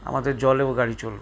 আমাদের জলেও গাড়ি চলবে